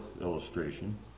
illustration